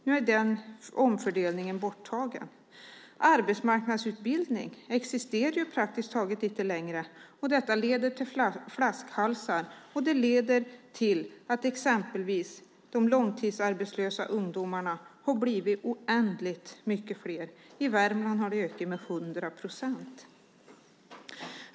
Nu är den omfördelningen borttagen. Arbetsmarknadsutbildning existerar praktiskt taget inte längre, och detta leder till flaskhalsar och till att exempelvis de långtidsarbetslösa ungdomarna blir oändligt många fler. I Värmland har de ökat med 100 procent.